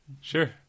Sure